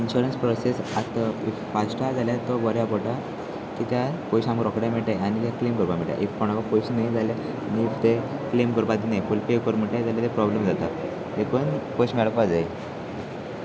insurance process आतां fast आसा जाल्यार तो बऱ्या पोडटा की त्या पयशे आमक रोकडे मेळटाय आनी ते क्लेम करपाक मेळटा इफ कोणाको पयशे न्य जाल्यार आनी इफ ते क्लेम करपाक दिनाय फूल पे करं मेटाय जाल्यार ते प्रोब्लेम जाता देखून पयशे मेळपाक जाय